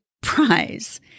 prize